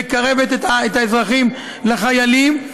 ומקרבת את האזרחים לחיילים,